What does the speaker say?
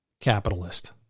capitalist